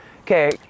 Okay